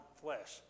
flesh